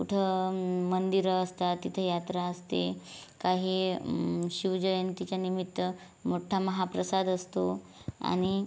कुठं मंदिरं असतात तिथे यात्रा असते काही शिवजयंतीच्या निमित्त मोठा महाप्रसाद असतो आणि